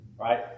right